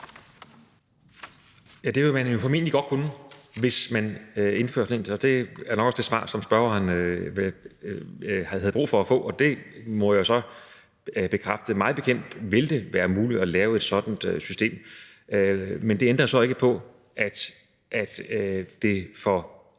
Det vil man formentlig godt kunne, hvis man indførte det. Det er nok også det svar, som spørgeren havde brug for at få. Det må jeg jo så bekræfte. Mig bekendt vil det være muligt at lave et sådant system. Men det ændrer så ikke på, at det for